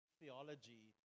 theology